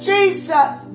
Jesus